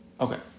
okay